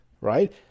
right